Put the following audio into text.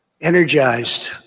energized